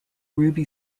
ruby